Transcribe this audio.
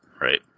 right